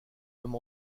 même